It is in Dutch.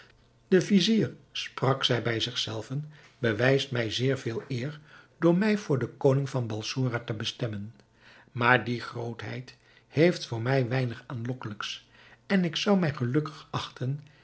de vizier sprak zij bij zich zelven bewijst mij zeer veel eer door mij voor den koning van balsora te bestemmen maar die grootheid heeft voor mij weinig aanlokkelijks en ik zou mij gelukkig achten